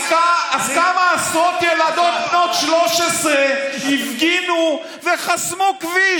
אז כמה עשרות ילדות בנות 13 הפגינו וחסמו כביש.